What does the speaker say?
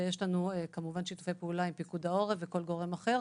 ויש לנו כמובן שיתופי פעולה עם פיקוד העורף וכל גורם אחר.